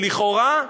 שלכאורה,